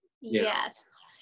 Yes